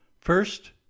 First